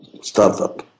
startup